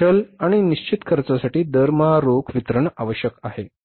चल आणि निश्चित खर्चासाठी दरमहा रोख वितरण आवश्यक आहे